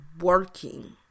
working